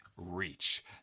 Reach